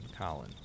Colin